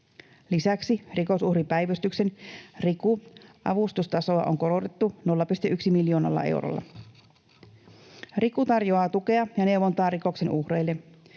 Lisäksi Rikosuhripäivystyksen eli Rikun avustustasoa on korotettu 0,1 miljoonalla eurolla. Riku tarjoaa tukea ja neuvontaa rikoksen uhreille.